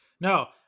no